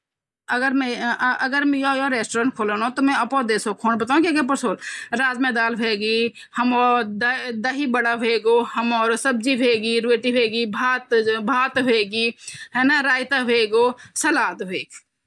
में थे जु ची की जंगली जानवरो से बहुत ज्यादा दर लगन या तोह हौंडा जन घरेलू जानवर और यो जन जंगली जानवर तोह मि थे जंगली जानवरो से बहुत डोर लगन जंगली जानवर की हौंडा की जो हम इंसान पर न एकदम से झपट्टा मन किले वो बहुत गुस्सा वाला होंदन की क्या होंदन पर वो एकदम से कट्टो खांडू मरी ध्यूंदन |